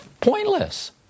pointless